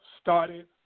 started